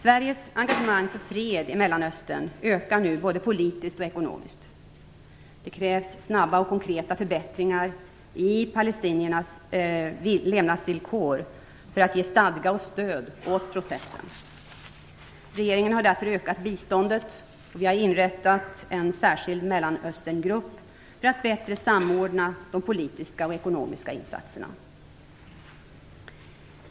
Sveriges engagemang för fred i Mellanöstern ökar nu både politiskt och ekonomiskt. Det krävs snabba och konkreta förbättringar i palestiniernas levnadsvillkor för att ge stadga och stöd åt processen. Regeringen har därför ökat biståndet och inrättat en särskild Mellanösterngrupp för att bättre samordna de politiska och ekonomiska insatserna.